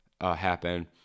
happen